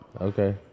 Okay